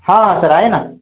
हां सर आहे ना